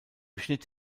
schnitt